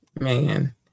man